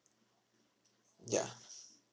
ya